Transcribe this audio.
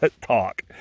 talk